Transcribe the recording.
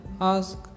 ask